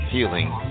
Healing